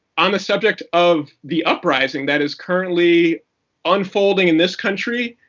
on the subject of the uprising that is currently unfolding in this country,